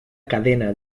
cadena